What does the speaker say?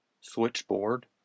switchboard